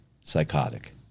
psychotic